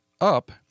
up